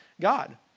God